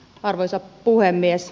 arvoisa puhemies